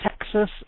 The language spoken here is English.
Texas